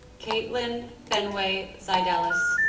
katelin fenway ziedelis